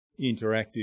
interactive